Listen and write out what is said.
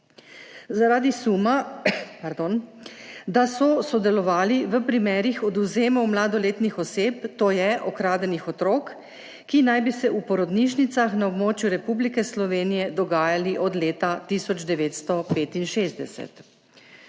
zaradi suma, da so sodelovali v primerih odvzemov mladoletnih oseb, to je ukradenih otrok, ki naj bi se v porodnišnicah na območju Republike Slovenije dogajali od leta 1965.